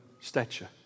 stature